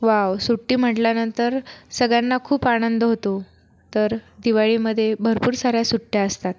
wow सुट्टी म्हटल्यानंतर सगळ्यांना खूप आनंद होतो तर दिवाळीमध्ये भरपूर साऱ्या सुट्ट्या असतात